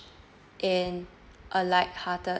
in a light hearted